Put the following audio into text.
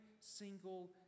single